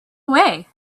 way